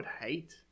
hate